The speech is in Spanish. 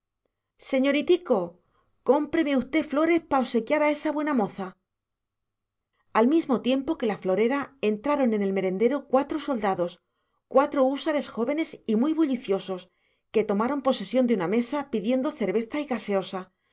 señoritico cómpreme usté flores pa osequiar a esa buena moza al mismo tiempo que la florera entraron en el merendero cuatro soldados cuatro húsares jóvenes y muy bulliciosos que tomaron posesión de una mesa pidiendo cerveza y gaseosa